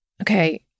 Okay